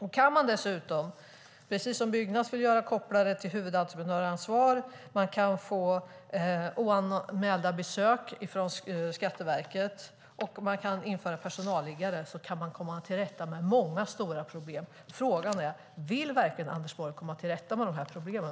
Om vi dessutom, precis som Byggnads vill, kan koppla det till huvudentreprenörsansvar, om man kan få oanmälda besök från Skatteverket och om vi kan införa personalliggare kan vi komma till rätta med många stora problem. Frågan är: Vill verkligen Anders Borg komma till rätta med de här problemen?